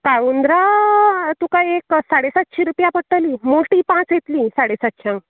काळुंदरां तुका एक साडेसातशी रुपयां पडटली मोटी पांच येतली साडेसातश्यांक